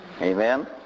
amen